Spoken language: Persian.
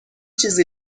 چیزی